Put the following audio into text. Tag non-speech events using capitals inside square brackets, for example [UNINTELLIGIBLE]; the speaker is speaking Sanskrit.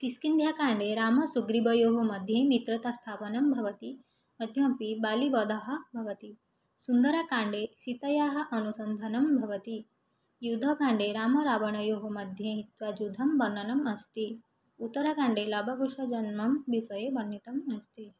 किष्किन्धाकाण्डे रामसुग्रीवयोः मध्ये मित्रतास्थापनं भवति [UNINTELLIGIBLE] मपि वालीवधः भवति सुन्दरकाण्डे सीतायाः अनुसन्धानं भवति युद्धकाण्डे रामरावणयोः मध्ये एकं युद्धं वर्णनम् अस्ति उत्तरकाण्डे लवकुशजननविषये वर्णितम् अस्ति